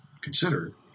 consider